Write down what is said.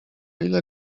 ile